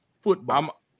Football